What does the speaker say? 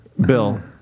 Bill